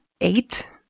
Eight